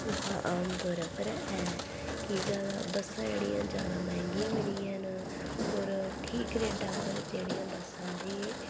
ओह् आमतौरे पर ऐ कि ज्यादा बस्सां जेह्ड़ियां ज्यादा मैंह्गियां बी निं हैन होर ठीक रेटै उप्पर जेह्ड़ियां बस्सां असेंगी